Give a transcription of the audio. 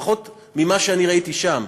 לפחות ממה שראיתי שם,